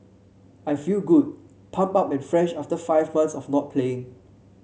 I feel good pumped up and fresh after five months of not playing